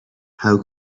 how